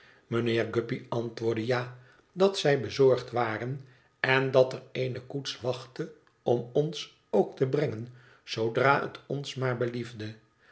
mijnheer guppy antwoordde ja dat zij bezorgd waren en dat er eöne koets wachtte om ons ook te brengen zoodra het ons maar beliefde